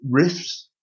riffs